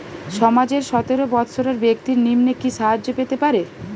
সমাজের সতেরো বৎসরের ব্যাক্তির নিম্নে কি সাহায্য পেতে পারে?